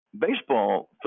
baseball